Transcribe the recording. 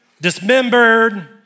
dismembered